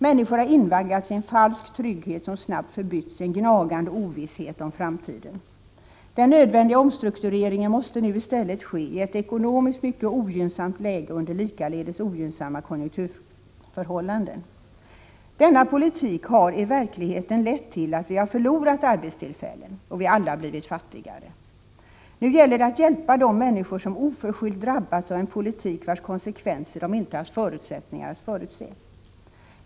Människor har invaggats i en falsk trygghet som snabbt förbytts i en gnagande ovisshet om framtiden. Den nödvändiga omstruktureringen måste nu i stället ske i ett ekonomiskt mycket ogynnsamt läge och under likaledes ogynnsamma konjunkturförhållanden. Denna politik har i verkligheten lett till att vi förlorat arbetstillfällen. Och vi har alla blivit fattigare. Nu gäller det att hjälpa de människor som oförskyllt drabbats av en politik vars konsekvenser de inte haft förutsättningar att förutse.